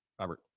Robert